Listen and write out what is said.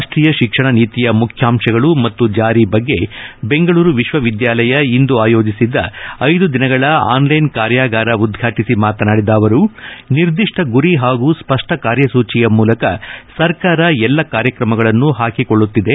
ರಾಷ್ಟೀಯ ಶಿಕ್ಷಣ ನೀತಿಯ ಮುಖ್ಯಾಂಶಗಳು ಮತ್ತು ಜಾರಿ ಬಗ್ಗೆ ಬೆಂಗಳೂರು ವಿಶ್ವವಿದ್ಯಾಲಯ ಇಂದು ಆಯೋಜಿಸಿದ್ದ ಐದು ದಿನಗಳ ಆನ್ಲೈನ್ ಕಾರ್ಯಾಗಾರ ಉದ್ವಾಟಿಸಿ ಮಾತನಾಡಿದ ಅವರು ನಿರ್ದಿಷ್ಟ ಗುರಿ ಹಾಗೂ ಸ್ಪಷ್ಟ ಕಾರ್ಯಸೂಚಿಯ ಮೂಲಕ ಸರಕಾರ ಎಲ್ಲ ಕಾರ್ಯಕ್ರಮಗಳನ್ನು ಹಾಕಿಕೊಳ್ಳುತ್ತಿದೆ